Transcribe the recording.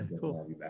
Cool